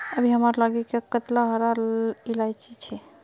अभी हमार लिगी कतेला हरा इलायची छे